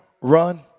run